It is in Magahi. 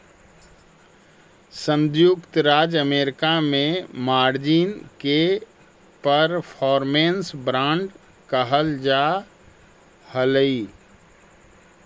संयुक्त राज्य अमेरिका में मार्जिन के परफॉर्मेंस बांड कहल जा हलई